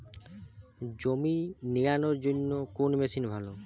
জমি নিড়ানোর জন্য কোন মেশিন ভালো?